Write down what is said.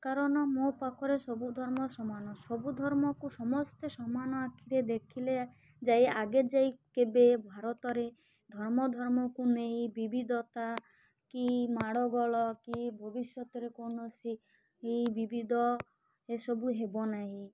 କାରଣ ମୋ ପାଖରେ ସବୁ ଧର୍ମ ସମାନ ସବୁ ଧର୍ମକୁ ସମସ୍ତେ ସମାନ ଆଖିରେ ଦେଖିଲେ ଯାଇ ଆଗେ ଯାଇ କେବେ ଭାରତରେ ଧର୍ମ ଧର୍ମକୁ ନେଇ ବିବିଧତା କି ମାଡ଼ଗୋଳ କି ଭବିଷ୍ୟତରେ କୌଣସି ଏଇ ବିବିଧ ଏସବୁ ହେବ ନାହିଁ